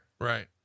right